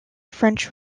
french